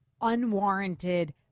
unwarranted